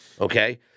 okay